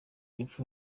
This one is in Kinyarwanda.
urupfu